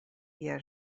jen